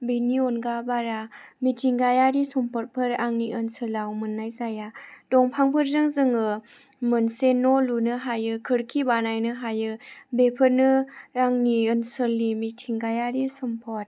बेनि अनगा बारा मिथिंगायारि सम्पदफोर आंनि ओनसोलाव मोननाय जाया दंफांफोरजों जोङो मोनसे न' लुनो हायो खिरखि बानायनो हायो बेफोरनो आंनि ओनसोलनि मिथिंगायारि सम्पद